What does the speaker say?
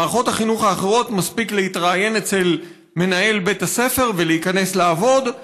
במערכות החינוך האחרות מספיק להתראיין אצל מנהל בית הספר ולהיכנס לעבוד.